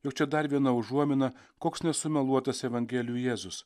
jog čia dar viena užuomina koks nesumeluotas evangelijų jėzus